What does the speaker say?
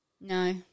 No